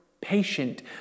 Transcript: patient